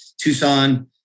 Tucson